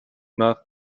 nach